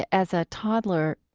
as a toddler,